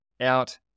out